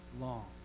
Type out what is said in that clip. long